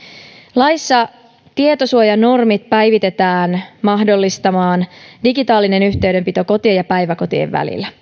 laissa tietosuojanormit päivitetään mahdollistamaan digitaalinen yhteydenpito kotien ja päiväkotien välillä